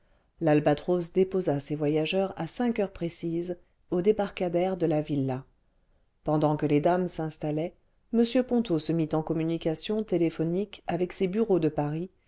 l'albatros déposa ses voyageurs à cinqiheures précises au débarcadère de la villa pendant que les dames s'installaient m ponto se mit en communication téléphonique avec ses bureaux de paris